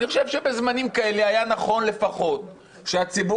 אני חושב שבזמנים כאלה היה נכון לפחות שהציבור,